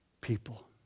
people